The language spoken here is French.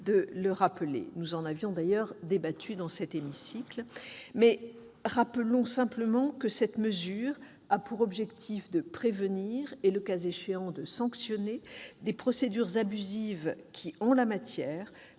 de ce dispositif. Nous en avions débattu dans cet hémicycle. Mais rappelons simplement que cette mesure a pour objet de prévenir et, le cas échéant, de sanctionner des procédures abusives qui, en la matière,